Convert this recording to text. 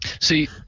See